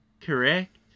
correct